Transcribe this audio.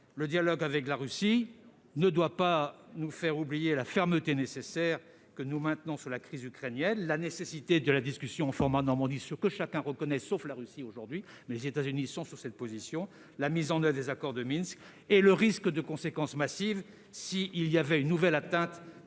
le dialogue avec la Russie ne doit pas nous faire oublier la fermeté nécessaire que nous devons manifester sur la crise ukrainienne : nécessité de la discussion en format « Normandie », ce que chacun reconnaît, sauf la Russie aujourd'hui- les États-Unis sont bien sur cette position ; mise en oeuvre des accords de Minsk ; menace de conséquences massives s'il y avait une nouvelle atteinte